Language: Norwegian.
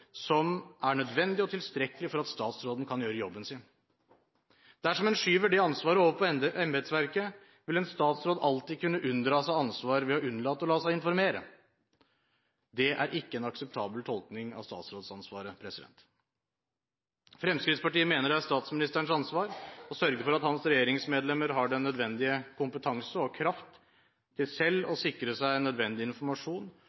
som er nødvendige og tilstrekkelige for at statsråden kan gjøre jobben sin. Dersom en skyver det ansvaret over på embetsverket, vil en statsråd alltid kunne unndra seg ansvar ved å unnlate å la seg informere. Det er ikke en akseptabel tolkning av statsrådsansvaret. Fremskrittspartiet mener det er statsministerens ansvar å sørge for at hans regjeringsmedlemmer har den nødvendige kompetanse og kraft til selv å sikre seg nødvendig informasjon